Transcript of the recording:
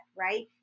right